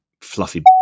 fluffy